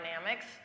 dynamics